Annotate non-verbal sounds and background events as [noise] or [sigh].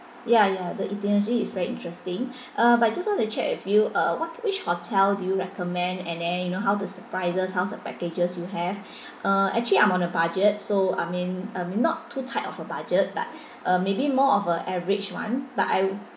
ya ya the itinerary is very interesting [breath] uh but just want to check with you uh what which hotel do you recommend and then you know how does the prices how's packages you have [breath] uh actually I'm on a budget so I mean uh I mean not too tight of a budget but [breath] uh maybe more of a average one